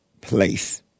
place